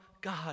God